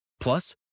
Plus